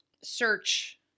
search